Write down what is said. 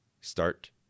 Start